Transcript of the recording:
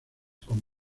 con